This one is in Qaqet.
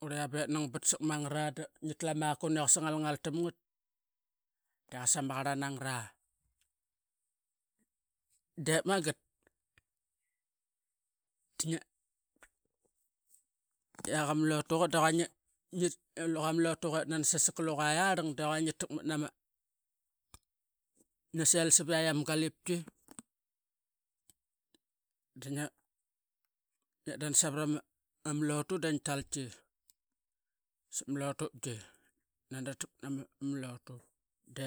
Kurlia be nang bat sak mangat a dingitlu ama eqasa ngalngal tam ngat deqasa maqar lana ngara dep magat dia qama lotuqa duquina nga valang luqa latu qa nani sasak luqa arlang ama lotuqa kua ngia sel saviat ama galipki sapma lotupgi nani ratamat nama lotu